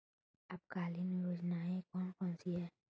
अल्पकालीन योजनाएं कौन कौन सी हैं?